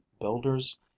builder's